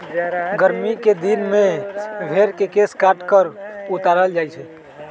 गरमि कें दिन में भेर के केश काट कऽ उतारल जाइ छइ